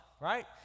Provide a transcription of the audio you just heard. right